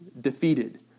defeated